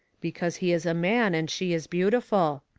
because he is a man and she is beautiful.